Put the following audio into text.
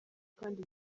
kandi